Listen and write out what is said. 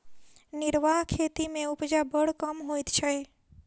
निर्वाह खेती मे उपजा बड़ कम होइत छै